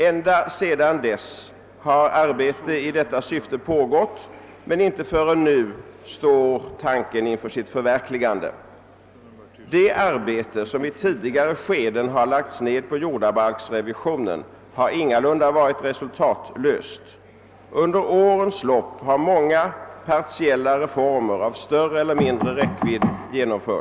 Ända sedan dess har arbetet i detta syfte pågått, men inte förrän nu står tanken inför sitt förverkligande. Det arbete som i tidigare skeden har lagts ned på jordabalksrevisionen har ingalunda varit resultatlöst. Under årens lopp har många partiella reformer av större eller mindre räckvidd företagits.